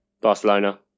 Barcelona